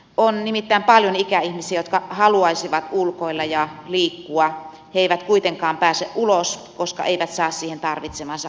on nimittäin paljon ikäihmisiä jotka haluaisivat ulkoilla ja liikkua mutta eivät kuitenkaan pääse ulos koska eivät saa siihen tarvitsemaansa apua